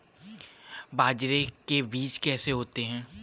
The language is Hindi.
बाजरे के बीज कैसे होते हैं?